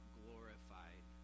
glorified